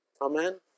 Amen